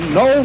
no